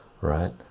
right